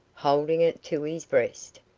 holding it to his breast.